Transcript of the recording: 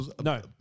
No